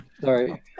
Sorry